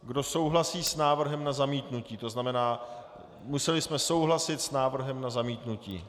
Kdo souhlasí s návrhem na zamítnutí to znamená, museli jsme souhlasit s návrhem na zamítnutí.